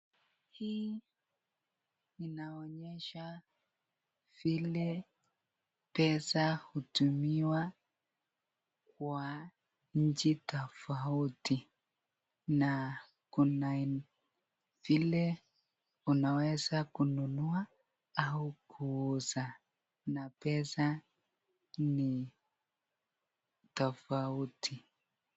Hii inaonyesha vile pesa hutumiwa lwa nchi tofauti na kuna vile unaweza kununua au kuuza na pesa ni tofauti.